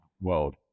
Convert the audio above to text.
world